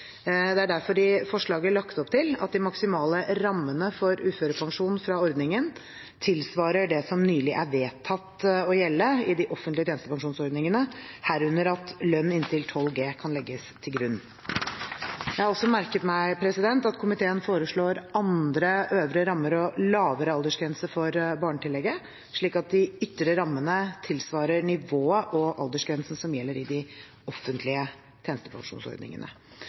Det er derfor i forslaget lagt opp til at de maksimale rammene for uførepensjon fra ordningen tilsvarer det som nylig er vedtatt å gjelde i de offentlige tjenestepensjonsordningene, herunder at lønn inntil 12 G kan legges til grunn. Jeg har også merket meg at komiteen foreslår andre øvre rammer og lavere aldersgrense for barnetillegget, slik at de ytre rammene tilsvarer nivået og aldersgrensen som gjelder i de offentlige tjenestepensjonsordningene.